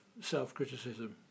self-criticism